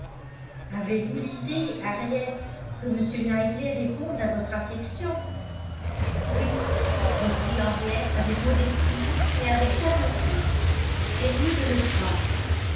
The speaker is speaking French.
avez-vous l'idée henriette que m knightley réponde à votre affection oui reprit henriette avec modestie mais avec fermeté j'ai lieu de le croire